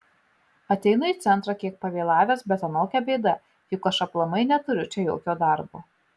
ateinu į centrą kiek pavėlavęs bet anokia bėda juk aš aplamai neturiu čia jokio darbo